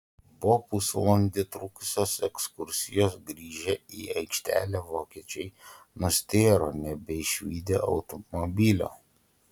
po pusvalandį trukusios ekskursijos grįžę į aikštelę vokiečiai nustėro nebeišvydę automobilio